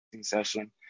session